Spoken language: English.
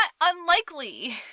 unlikely